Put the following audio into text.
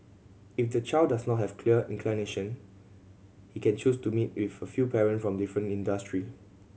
if the child does not have clear inclination he can choose to meet with a few parent from different industry